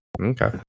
Okay